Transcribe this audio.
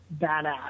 badass